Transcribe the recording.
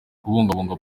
kubungabunga